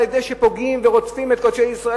על-ידי שפוגעים ורודפים את קודשי ישראל